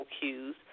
cues